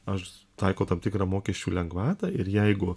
aš taikau tam tikrą mokesčių lengvatą ir jeigu